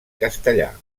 castellà